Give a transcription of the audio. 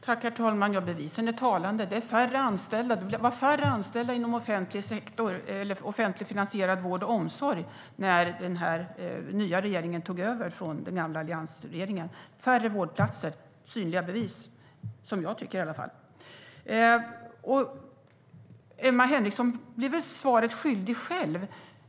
Herr talman! Bevisen är talande. Det var färre anställda inom offentligt finansierad vård och omsorg när den nya regeringen tog över från den gamla alliansregeringen. Färre vårdplatser är ett synligt bevis som jag ser det. Emma Henriksson blir själv svaret skyldig.